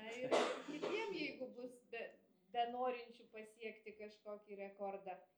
na ir kitiem jeigu bus be benorinčių pasiekti kažkokį rekordą